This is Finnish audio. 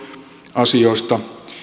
asioista